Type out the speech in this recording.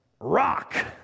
Rock